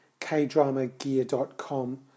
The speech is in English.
kdramagear.com